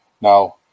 Now